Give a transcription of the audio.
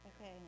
okay